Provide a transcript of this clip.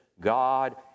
God